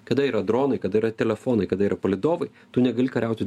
kada yra dronai kada yra telefonai kada yra palydovai tu negali kariauti